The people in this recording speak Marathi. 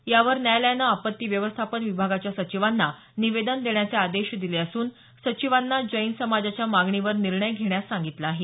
यावर न्यायालयानं आपत्ती व्यवस्थापन विभागाच्या सचिवांना निवेदन देण्याचे आदेश दिले असून सचिवांना जैन समाजाच्या मागणीवर निर्णय घेण्यास सांगितलं आहे